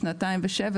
שנתיים ושבע,